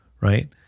right